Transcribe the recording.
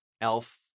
elf